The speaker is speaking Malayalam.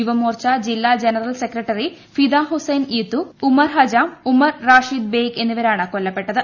യുവമോർച്ച ജില്ലാ ജനറൽ സെക്രട്ടറി ഫിദാ ഹുസൈൻ യീത്തൂ ഉമർ ഹജാം ഉമർ റാഷിദ് ബെയ്ഗ് എന്നിവരാണ് കൊല്ലപ്പെട്ടത്